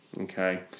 okay